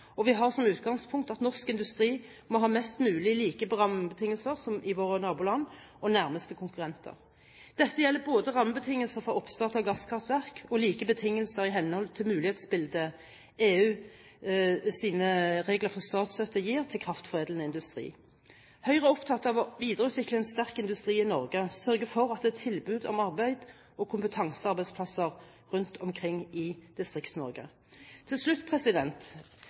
og vi har som utgangspunkt at norsk industri må ha mest mulig like rammebetingelser som våre naboland og nærmeste konkurrenter. Dette gjelder både rammebetingelser for oppstart av gasskraftverk og like betingelser i henhold til mulighetsbildet EUs regler for statsstøtte gir til kraftforedlende industri. Høyre er opptatt av å videreutvikle en sterk industri i Norge, sørge for at det er tilbud om arbeid og kompetansearbeidsplasser rundt omkring i Distrikts-Norge. Til slutt